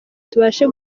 tubashe